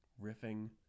riffing